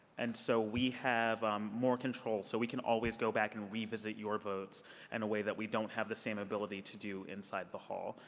and so we have um more control. so we can always go back and re-visit your vote in and a way that we don't have the same ability to do inside the hall.